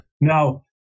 Now